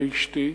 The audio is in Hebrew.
לאשתי,